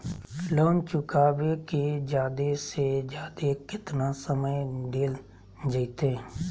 Loan चुकाबे के जादे से जादे केतना समय डेल जयते?